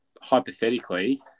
hypothetically –